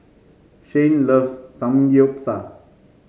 Shane loves Samgyeopsal